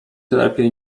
lepiej